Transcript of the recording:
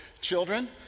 children